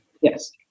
yes